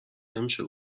نمیشه